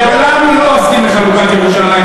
לעולם לא אסכים לחלוקת ירושלים,